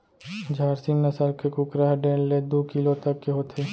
झारसीम नसल के कुकरा ह डेढ़ ले दू किलो तक के होथे